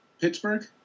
Pittsburgh